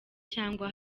cyangwa